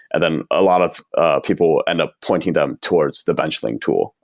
and then a lot of people end up pointing them towards the benchling tool.